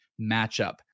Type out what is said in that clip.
matchup